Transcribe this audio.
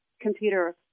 computer